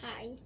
Hi